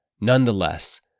Nonetheless